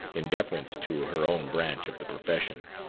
in deference to her own branch of the profession.